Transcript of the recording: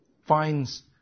finds